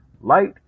Light